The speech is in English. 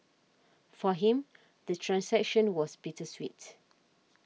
for him the transition was bittersweet